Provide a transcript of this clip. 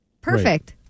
Perfect